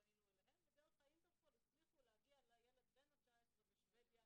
פנינו אליהם ודרך האינטרפול הצליחו להגיע לילד בן ה-19 בשבדיה,